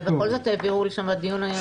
אבל בכל זאת העבירו לשם את הדיון היום.